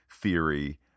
theory